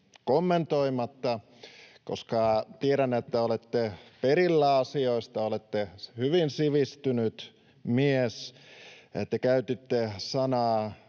kommentoimatta, koska tiedän, että olette perillä asioista, olette hyvin sivistynyt mies. Te käytitte